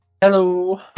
Hello